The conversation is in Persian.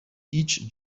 هیچ